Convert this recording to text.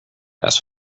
that’s